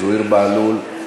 זוהיר בהלול,